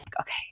okay